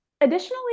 Additionally